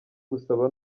gusaba